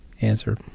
answer